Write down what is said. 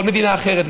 בכל מדינה אחרת,